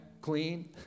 clean